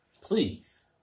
Please